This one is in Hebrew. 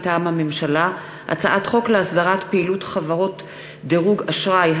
מטעם הממשלה: הצעת חוק להסדרת פעילות חברות דירוג אשראי,